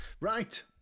Right